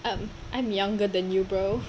um I'm younger than you bro